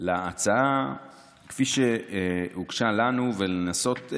להצעה כפי שהוגשה לנו ולנסות,